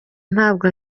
ntabwo